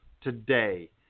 today